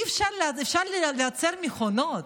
אפשר לייצר מכונות,